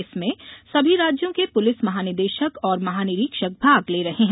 इसमें सभी राज्यों के पुलिस महानिदेशक और महानिरीक्षक भाग ले रहे हैं